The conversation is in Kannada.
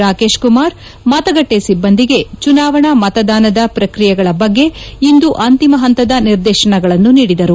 ರಾಕೇಶ್ ಕುಮಾರ್ ಮತಗಟ್ಟೆ ಸಿಬ್ಬಂದಿಗೆ ಚುನಾವಣಾ ಮತದಾನದ ಪ್ರಕ್ರಿಯೆಗಳ ಬಗ್ಗೆ ಇಂದು ಅಂತಿಮ ಹಂತದ ನಿರ್ದೇಶನಗಳನ್ನು ನೀಡಿದರು